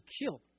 killed